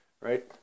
right